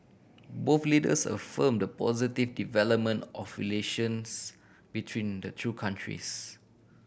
both leaders affirm the positive development of relations between the two countries